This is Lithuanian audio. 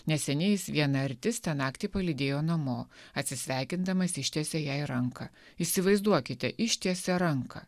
neseniai jis vieną artistę naktį palydėjo namo atsisveikindamas ištiesė jai ranką įsivaizduokite ištiesė ranką